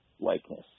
likeness